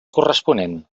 corresponent